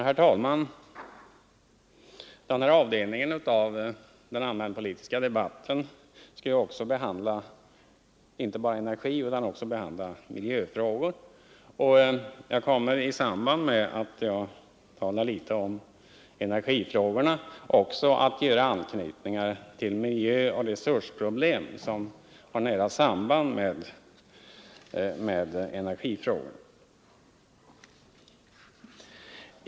Herr talman! I den här avdelningen av den allmänpolitiska debatten skall jag behandla inte bara energifrågor utan även miljöfrågor. Jag kommer i samband med att jag talar litet om energifrågorna också att göra anknytningar till miljöoch resursproblem som har nära samband med energifrågorna.